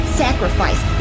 sacrifice